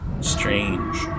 strange